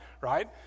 right